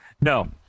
no